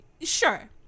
Sure